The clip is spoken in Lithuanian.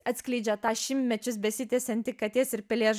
atskleidžia tą šimtmečius besitęsiantį katės ir pelės